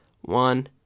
one